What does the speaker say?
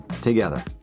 together